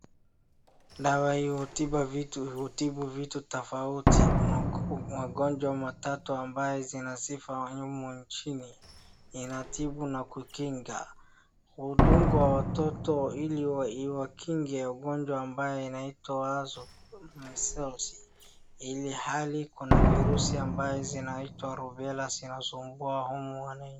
Dawa hii hutibu vitu, hutibu vitu tofauti. Magonjwa matatu ambayo yana sifa humu nchini, inatibu na kukinga, hudunga watoto ili iwakinge ugonjwa ambao unaitwa measles ilhali kuna virusi ambao zinaitwa rubela zinasumbua humu wananchini.